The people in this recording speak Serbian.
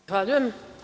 Zahvaljujem.